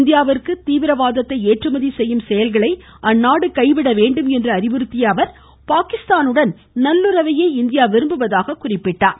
இந்தியாவிற்கு தீவிரவாதத்தை ஏற்றுமதி செய்யும் செயல்களை அந்நாடு நிறுத்தவேண்டும் என்று அறிவுறுத்திய அவர் பாகிஸ்தானுடன் நல்லுறவையே இந்தியா விரும்புவதாகவும் குறிப்பிட்டார்